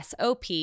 SOP